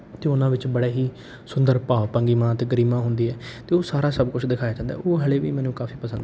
ਅਤੇ ਉਹਨਾਂ ਵਿੱਚ ਬੜੇ ਹੀ ਸੁੰਦਰ ਭਾਵ ਪੰਗੀਮਾ ਅਤੇ ਗਰੀਮਾ ਹੁੰਦੀ ਹੈ ਅਤੇ ਉਹ ਸਾਰਾ ਸਭ ਕੁਛ ਦਿਖਾਇਆ ਜਾਂਦਾ ਹੈ ਉਹ ਹਾਲੇ ਵੀ ਮੈਨੂੰ ਕਾਫ਼ੀ ਪਸੰਦ